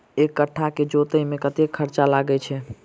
एक कट्ठा केँ जोतय मे कतेक खर्चा लागै छै?